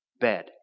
bed